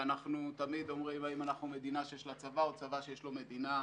ואנחנו תמיד אומרים האם אנחנו מדינה שיש לה צבא או צבא שיש לו מדינה.